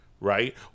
Right